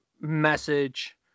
message